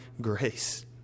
grace